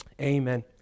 Amen